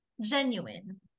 genuine